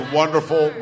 wonderful